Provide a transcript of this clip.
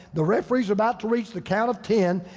the referee is about to reach the count of ten.